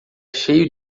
cheio